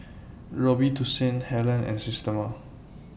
Robitussin Helen and Systema